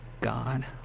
God